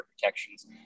protections